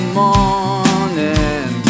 morning